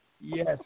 Yes